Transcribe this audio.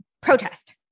protest